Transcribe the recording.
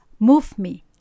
MoveMe